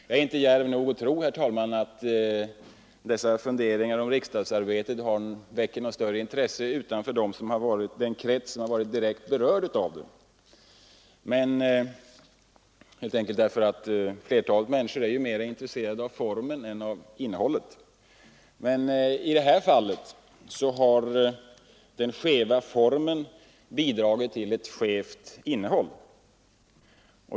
Jag är inte djärv nog att tro att dessa funderingar om riksdagsarbetet väcker något större intresse utanför den krets som är direkt berörd av det — helt enkelt därför att flertalet människor är mindre intresserade av formen än av innehållet. Men i detta fall har den skeva formen bidragit till ett skevt innehåll.